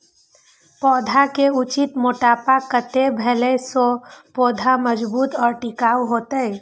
पौधा के उचित मोटापा कतेक भेला सौं पौधा मजबूत आर टिकाऊ हाएत?